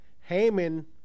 Haman